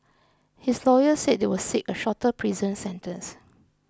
his lawyer said they would seek a shorter prison sentence